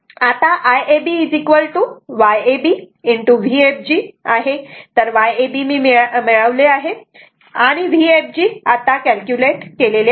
आता IabY ab Vfg आहे तर Yab मिळाले आहे आणि Vfg आत्ता कॅल्क्युलेट केलेले आहे